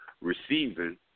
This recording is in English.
receiving